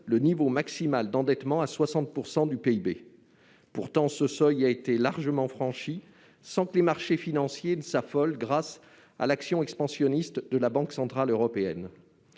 le niveau maximal d'endettement à 60 % du PIB. Pourtant, ce seuil a été largement franchi sans que les marchés financiers s'affolent, grâce à l'action expansionniste de la Banque centrale européenne